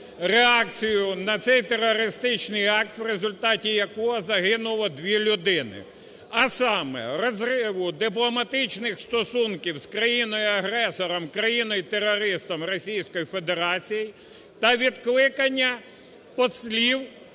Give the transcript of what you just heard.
реакцію на цей терористичний акт, в результаті якого загинуло 2 людини, а саме, розриву дипломатичних стосунків з країною-агресором, країною-терористом Російською